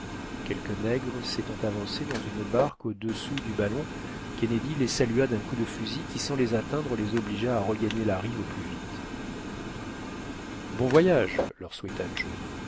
quelques nègres s'étant avancés dans une barque au-dessous du ballon kennedy les salua d'un coup de fusil qui sans les atteindre les obligea à regagner la rive au plus vite bon voyage leur souhaita joe